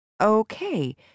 Okay